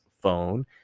phone